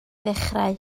ddechrau